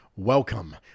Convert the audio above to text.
Welcome